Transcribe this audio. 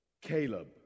Caleb